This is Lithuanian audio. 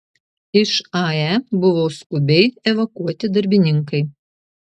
iš ae buvo skubiai evakuoti darbininkai